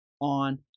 on